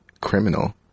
criminal